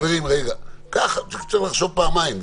צריך ואפשר לחשוב פעמיים.